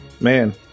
man